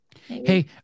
Hey